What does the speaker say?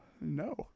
no